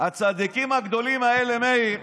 הצדיקים הגדולים האלה, מאיר,